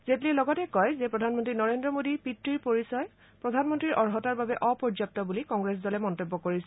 জেটলীয়ে লগতে কয় যে প্ৰধানমন্ত্ৰী নৰেন্দ্ৰ মোডীৰ পিতৃৰ পৰিচয় প্ৰধানমন্ত্ৰীৰ অৰ্হতাৰ বাবে অপৰ্যাপ্ত বুলি কংগ্ৰেছ দলে মন্তব্য কৰিছিল